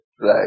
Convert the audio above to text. Right